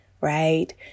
right